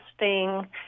interesting